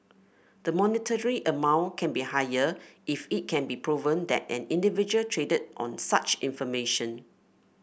the monetary amount can be higher if it can be proven that an individual traded on such information